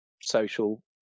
social